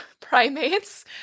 primates